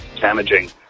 damaging